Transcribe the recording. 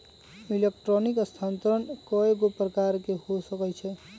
electronic स्थानान्तरण कएगो प्रकार के हो सकइ छै